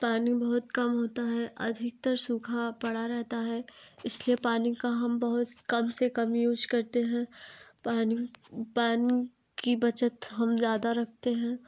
पानी बहुत कम होता है अधिकतर सूखा पड़ा रहता है इसलिए पानी का हम बहुत कम से कम यूज करते हैं पानी पानी की बचत हम ज़्यादा रखते हैं